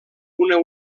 una